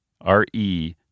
R-E